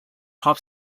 pop